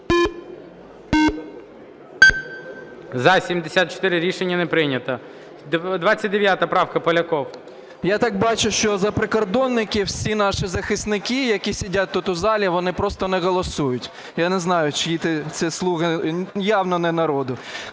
За-74 Рішення не прийнято. 29 правка, Поляков. 12:37:44 ПОЛЯКОВ А.Е. Я так бачу, що за прикордонників всі наші захисники, які сидять тут у залі, вони просто не голосують, я не знаю чиї це "слуги", явно не народу.